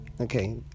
Okay